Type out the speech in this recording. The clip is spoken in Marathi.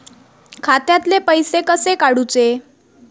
खात्यातले पैसे कसे काडूचे?